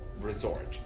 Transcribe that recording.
resort